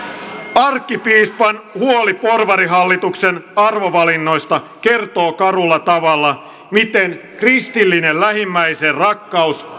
arkkipiispan huoli porvarihallituksen arvovalinnoista kertoo karulla tavalla miten kristillinen lähimmäisenrakkaus